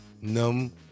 num